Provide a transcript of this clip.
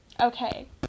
Okay